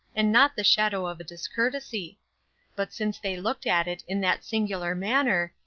and not the shadow of a discourtesy but since they looked at it in that singular manner,